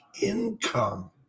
income